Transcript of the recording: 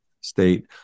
state